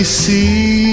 see